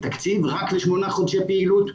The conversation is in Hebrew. תקציב רק לשמונה חודשי פעילות.